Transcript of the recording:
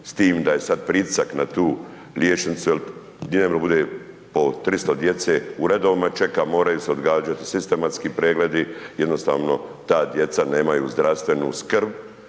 s tim da je sad pritisak na tu liječnicu jer dnevno bude po 300 djece, u redovima čeka, moraju se odgađati sistematski pregledi, jednostavno ta djeca nemaju zdravstvenu skrb